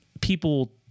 people